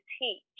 teach